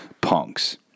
punks